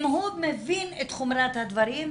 אם הוא מבין את חומרת הדברים,